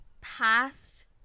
past